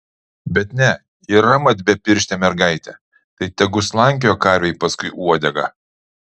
bet ne yra mat bepirštė mergaitė tai tegu slankioja karvei paskui uodegą